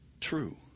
True